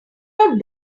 not